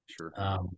Sure